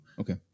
Okay